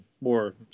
more